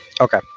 Okay